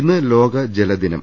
ഇന്ന് ലോക ജലദിനം